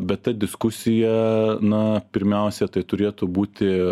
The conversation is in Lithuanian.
bet ta diskusija na pirmiausia tai turėtų būti